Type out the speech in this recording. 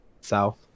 south